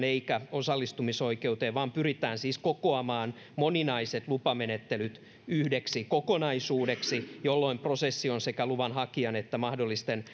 eikä osallistumisoikeuteen vaan pyritään siis kokoamaan moninaiset lupamenettelyt yhdeksi kokonaisuudeksi jolloin prosessi on sekä luvanhakijan että mahdollisten